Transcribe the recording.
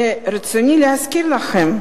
ברצוני להזכיר לכם,